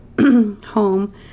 home